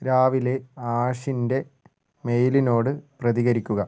രാവിലെ ആഷിൻ്റെ മെയിലിനോട് പ്രതികരിക്കുക